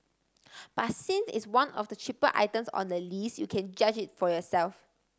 but since it's one of the cheaper items on the list you can judge it for yourself